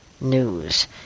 news